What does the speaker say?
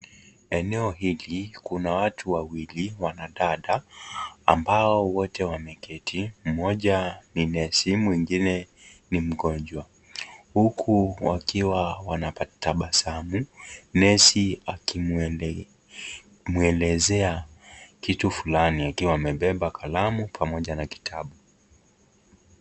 Eneo hili kuna watu wawili wanadada ambao wote wameketi, mmoja ni nesimu nwingine ni mgonjwa, huko wakiwa wanabasamu, nesi akimwelezea kitu fulani akiwa amebeba kalamu pamoja na karatasi.